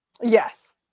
yes